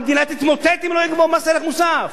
המדינה תתמוטט אם לא יגבו מס ערך מוסף?